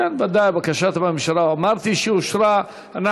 בקשת הממשלה אושרה.